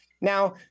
Now